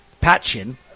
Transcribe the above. Patchin